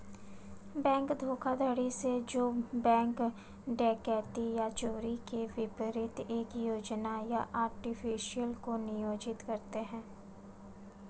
bank धोखाधड़ी जो bank डकैती या चोरी के विपरीत एक योजना या आर्टिफिस को नियोजित करते हैं